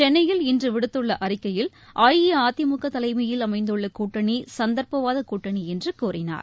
சென்னையில் இன்று விடுத்துள்ள அறிக்கையில் அஇஅதிமுக தலைமையில் அமைந்துள்ள கூட்டணி சந்தர்ப்பவாத அணி என்று கூறினார்